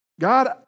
God